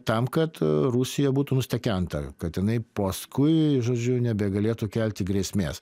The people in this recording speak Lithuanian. tam kad rusija būtų nustekenta kad jinai paskui žodžiu nebegalėtų kelti grėsmės